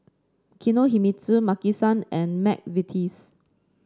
Kinohimitsu Maki San and McVitie's